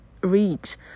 reach